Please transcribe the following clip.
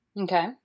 Okay